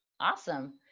Awesome